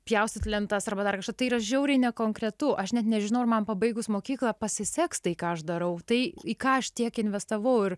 pjaustyt lentas arba dar kažką tai yra žiauriai nekonkretu aš net nežinau ar man pabaigus mokyklą pasiseks tai ką aš darau tai į ką aš tiek investavau ir